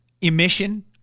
Emission